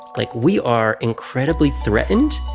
like, we are incredibly threatened,